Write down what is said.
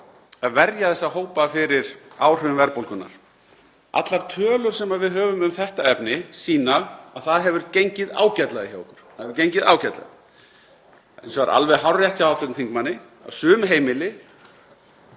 að verja þessa hópa fyrir áhrifum verðbólgunnar. Allar tölur sem við höfum um þetta efni sýna að það hefur gengið ágætlega hjá okkur. Það hefur gengið ágætlega. Það er hins vegar alveg hárrétt hjá hv. þingmanni að sum heimili,